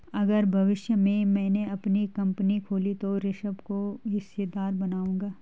अगर भविष्य में मैने अपनी कंपनी खोली तो ऋषभ को हिस्सेदार बनाऊंगा